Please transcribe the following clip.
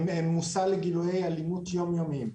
הם מושא לגילויי אלימות יומיומיים.